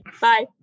Bye